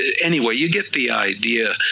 anyway you get the idea,